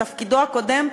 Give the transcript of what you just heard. בתפקידו הקודם,